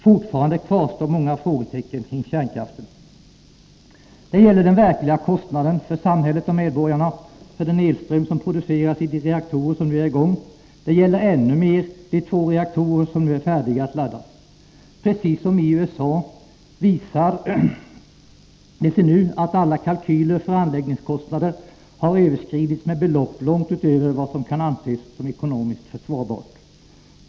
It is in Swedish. Fortfarande kvarstår många frågetecken kring kärnkraften. Det gäller den verkliga kostnaden för samhället och medborgarna för den elström som produceras i de reaktorer som nu är i gång. Det gäller ännu mer de två reaktorer som nu är färdiga att laddas. Precis som i USA visar det sig nu att alla kalkyler för anläggningskostnader har överskridits med belopp långt utöver vad som kan anses som ekonomiskt försvarbart.